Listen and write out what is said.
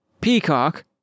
peacock